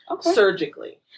surgically